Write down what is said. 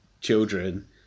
children